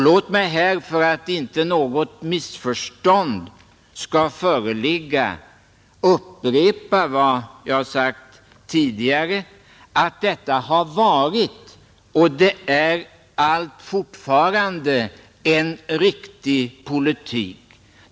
Låt mig här, för att inte något missförstånd skall föreligga, upprepa vad jag sagt tidigare, att detta har varit och är fortfarande en riktig politik.